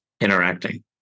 interacting